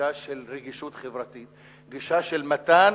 גישה של רגישות חברתית, גישה של מתן